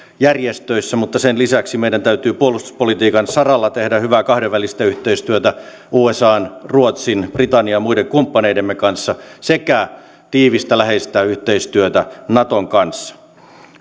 järjestöissä mutta sen lisäksi meidän täytyy puolustuspolitiikan saralla tehdä hyvää kahdenvälistä yhteistyötä usan ruotsin britannian ja muiden kumppaneidemme kanssa sekä tiivistä läheistä yhteistyötä naton kanssa